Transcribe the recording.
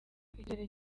icyizere